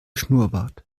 schnurrbart